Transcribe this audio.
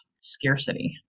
scarcity